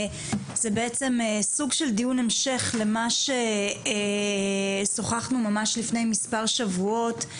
זה בעצם סוג של דיון המשך למה ששוחחנו ממש לפני מספר שבועות,